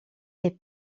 est